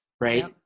right